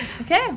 okay